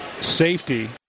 safety